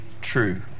true